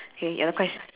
okay your ques~